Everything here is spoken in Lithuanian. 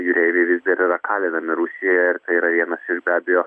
jūreiviai vis dar yra kalinami rusijoje ir tai yra vienas iš be abejo